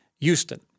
Houston